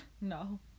No